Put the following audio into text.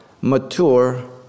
Mature